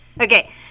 Okay